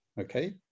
okay